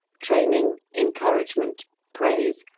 training, encourage ment, praise,